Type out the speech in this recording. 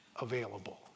available